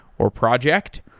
or project.